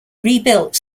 rebuilt